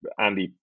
Andy